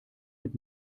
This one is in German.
mit